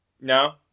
No